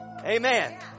Amen